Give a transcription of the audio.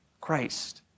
Christ